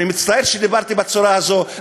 אני מצטער שדיברתי בצורה הזאת,